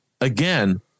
again